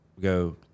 go